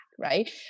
right